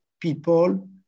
people